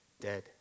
dead